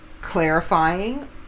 clarifying